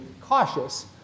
cautious